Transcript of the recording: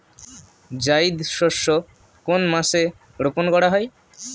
জায়িদ শস্য কোন মাসে রোপণ করা হয়?